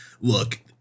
look